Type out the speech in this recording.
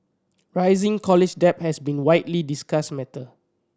rising college debt has been widely discussed matter